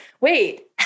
wait